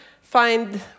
find